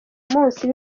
munsi